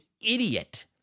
idiot